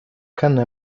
canne